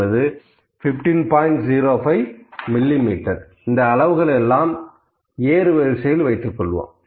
05 millimetre இந்த அளவுகள் எல்லாம் ஏறுவரிசையில் வைத்துக்கொள்வோம்